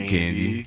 Candy